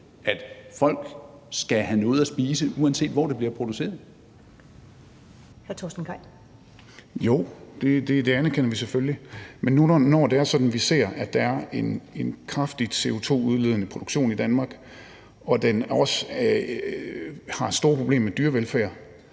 Hr. Torsten Gejl. Kl. 15:44 Torsten Gejl (ALT): Jo, det anerkender vi selvfølgelig. Men nu, når det er sådan, at vi ser, at der er en kraftigt CO2-udledende produktion i Danmark og den også har store problemer med dyrevelfærd,